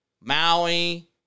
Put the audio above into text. Maui